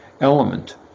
element